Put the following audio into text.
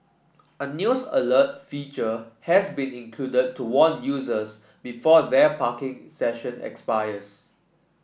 a news alert feature has been included to warn users before their parking session expires